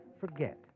forget